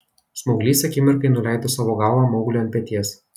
smauglys akimirkai nuleido savo galvą maugliui ant peties